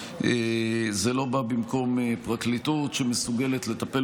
זה לא בא במקום פרקליטות שמסוגלת לטפל